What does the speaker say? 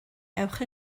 ewch